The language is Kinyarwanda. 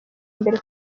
mbere